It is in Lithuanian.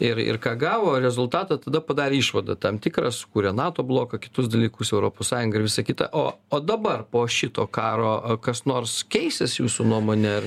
ir ir ką gavo rezultatą tada padarė išvadą tam tikrą sukūrė nato bloką kitus dalykus europos sąjungą ir visą kitą o o dabar po šito karo kas nors keisis jūsų nuomone ar